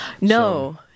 No